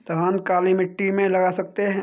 धान काली मिट्टी में लगा सकते हैं?